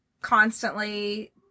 constantly